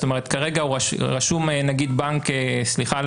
כרגע רשום למשל בנק לאומי סליחה,